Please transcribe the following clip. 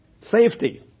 Safety